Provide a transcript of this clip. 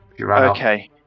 Okay